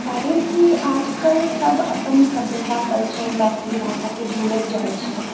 काहेकि आजकल सभ अपन सभ्यता कल्चर मैथिली भाषाके भुलैत जाइ छै